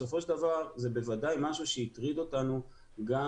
בסופו של דבר זה בוודאי משהו שהטריד אותנו גם